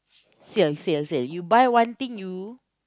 sale sale sale you buy one thing you